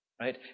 right